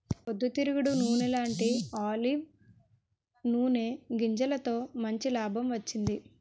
పొద్దు తిరుగుడు నూనెలాంటీ ఆలివ్ నూనె గింజలతో మంచి లాభం వచ్చింది